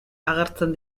agertzen